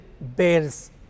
bears